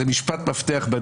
זה משפט מפתח.